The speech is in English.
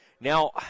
Now –